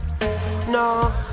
No